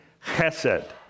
chesed